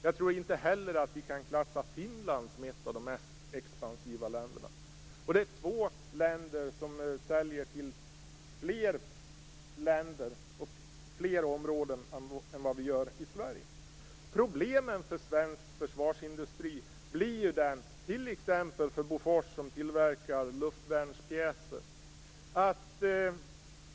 Jag tror inte heller att vi kan klassa Finland som ett av de mest expansiva länderna. Det är två länder som säljer till fler länder och områden än Sverige gör. Det blir ju problem för svensk försvarsindustri, t.ex. för Bofors som tillverkar luftvärnspjäser.